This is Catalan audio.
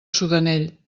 sudanell